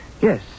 Yes